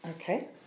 Okay